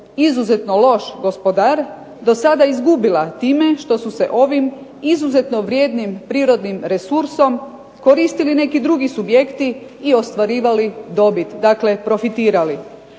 izuzetno loš gospodar do sada izgubila time što su se ovim izuzetno vrijednim prirodnim resursom koristili neki drugi subjekti i ostvarivali dobit, dakle profitirali.